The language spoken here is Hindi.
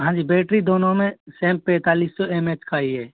हाँ जी बैटरी दोनों में सेम पैंतालीस सौ एम एच का ही है